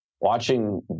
watching